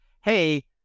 hey